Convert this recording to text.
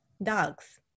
Dogs